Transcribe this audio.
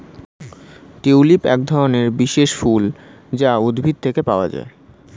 tulip একধরনের বিশেষ ফুল যা উদ্ভিদ থেকে পাওয়া যায়